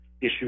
issue